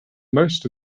most